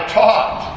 taught